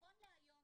נכון להיום,